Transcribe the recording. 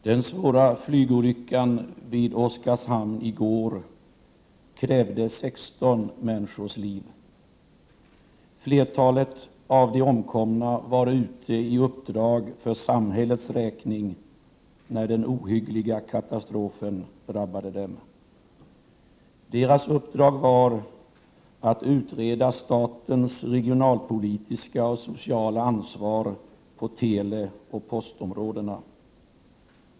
Den svåra flygolyckan vid Oskarshamn i går krävde 16 människors liv. Flertalet av de omkomna var ute i uppdrag för samhällets räkning, när den ohyggliga katastrofen drabbade dem. Deras uppdrag var att utreda statens regionalpolitiska och sociala ansvar på teleoch postområdena.